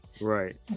right